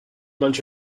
bunch